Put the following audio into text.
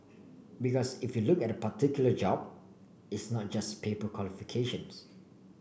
because if you look at particular job it's not just paper qualifications